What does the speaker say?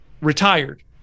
retired